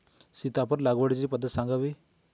सीताफळ लागवडीची पद्धत सांगावी?